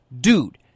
Dude